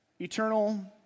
eternal